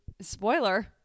Spoiler